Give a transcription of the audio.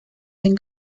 den